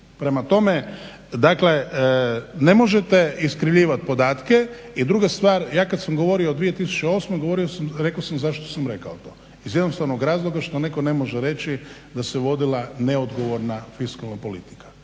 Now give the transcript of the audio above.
krize. Dakle ne možete iskrivljivati podatke i druga stvar kada sa govorio o 2008.rekao sam zašto sam rekao to, iz jednostavnog razloga što nitko ne može reći da se vodila neodgovorna fiskalna politika